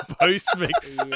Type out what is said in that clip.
post-mix